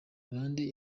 bande